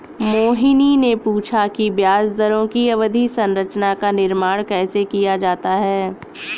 मोहिनी ने पूछा कि ब्याज दरों की अवधि संरचना का निर्माण कैसे किया जाता है?